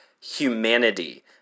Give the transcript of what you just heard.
humanity